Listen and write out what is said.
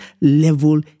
level